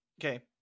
Okay